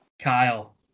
Kyle